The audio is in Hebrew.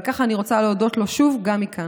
ועל כך אני רוצה להודות לו שוב גם מכאן.